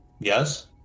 Yes